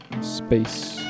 space